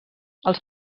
els